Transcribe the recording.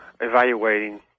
evaluating